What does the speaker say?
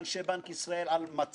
מכובדת ועניינית.